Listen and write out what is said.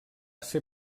ser